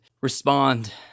respond